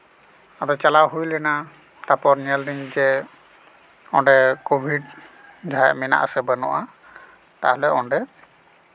ᱟᱫᱚ ᱪᱟᱞᱟᱣ ᱦᱩᱭ ᱞᱮᱱᱟ ᱛᱟᱨᱯᱚᱨ ᱧᱮᱞ ᱫᱟᱹᱧ ᱡᱮ ᱚᱸᱰᱮ ᱠᱳᱵᱷᱤᱰ ᱡᱟᱦᱟᱸᱭᱟᱜ ᱢᱮᱱᱟᱜ ᱟᱥᱮ ᱵᱟᱹᱱᱩᱜᱼᱟ ᱛᱟᱦᱞᱮ ᱚᱸᱰᱮ